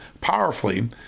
powerfully